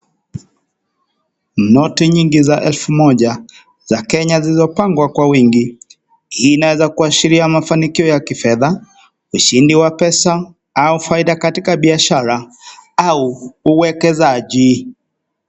Noti nyingi za elfu moja za Kenya zilizopangwa kwa wingi. Hii inaweza kuashiria mafanikio ya kifedha, ushindi wa pesa au faida katika biashara au uwekezaji.